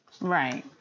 right